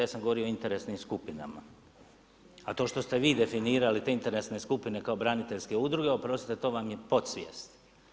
Ja sam govorio o interesnim skupinama, a to što ste vi definirali te interesne skupine kao braniteljske udruge, oprostite to vam je podsvijest.